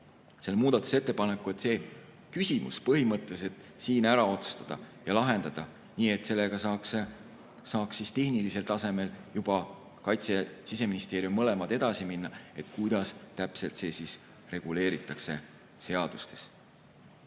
selle muudatusettepaneku, et see küsimus põhimõtteliselt siin ära otsustada ja lahendada, nii et sellega saaks tehnilisel tasemel juba Kaitse- ja Siseministeerium mõlemad edasi minna ja otsustada, kuidas täpselt see reguleeritakse seadustes.